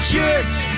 Church